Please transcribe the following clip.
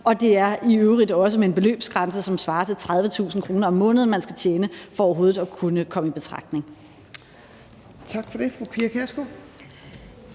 og det er i øvrigt også med en beløbsgrænse, som svarer til 30.000 kr. om måneden, man skal tjene for overhovedet at kunne komme i betragtning.